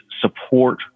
support